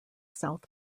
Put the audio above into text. south